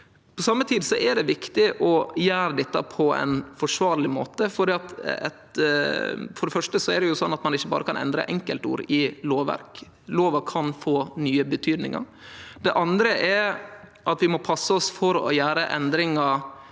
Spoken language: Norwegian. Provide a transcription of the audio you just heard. same tid er det viktig å gjere dette på ein forsvarleg måte. For det første kan ein jo ikkje berre endre enkeltord i lovverk, då kan lova få nye betydningar. Det andre er at vi må passe oss for å gjere endringar